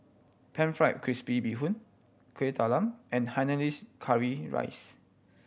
Pan Fried Crispy Bee Hoon Kueh Talam and Hainanese curry rice